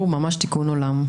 ממש עבור תיקון עולם.